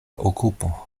okupo